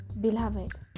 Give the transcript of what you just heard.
Beloved